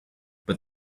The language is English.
but